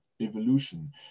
evolution